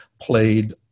played